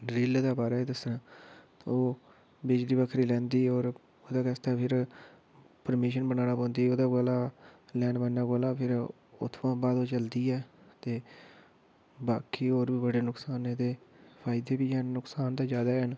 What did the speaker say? drill दे बारै च दस्सेआ ते ओह् बिजली बक्खरी लैंदी होर ओह्दे आस्तै फिर प्रमीशन बनानी पौंदी ओह्दे कोला लैनमेनै कोला फिर उत्थुआं बाद ओह् चलदी ऐ ते बाकी होर बी बड़े नकसान एह्दे फायदे बी हैन नकसान ते ज्यादा हैन